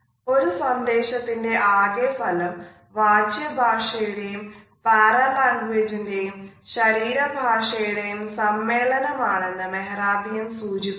ഒരു സന്ദേശത്തിന്റെ ആകെ ഫലം വാച്യ ഭാഷയുടെയും പാരാലാങ്ഗ്വേജിന്റെയും ശരീര ഭാഷയുടെയും സമ്മേളനം ആണെന്ന് മെഹ്റാബിയൻ സൂചിപ്പിച്ചു